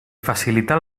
facilitar